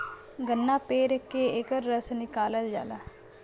गन्ना पेर के एकर रस निकालल जाला